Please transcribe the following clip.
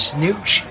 Snooch